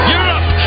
Europe